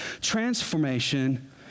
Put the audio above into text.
Transformation